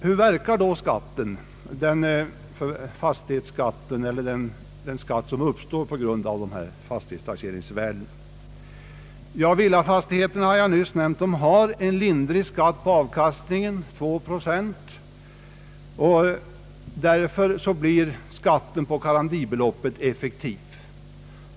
Hur verkar då den skatt som uppstår på grund av taxeringsvärdena för fastigheterna? Villafastigheterna har en lindrig skatt på avkastningen, 2 procent, och därför blir skatten på garantibeloppet effektiv.